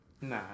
Nah